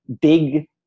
big